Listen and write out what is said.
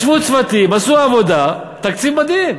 ישבו צוותים, עשו עבודה, תקציב מדהים.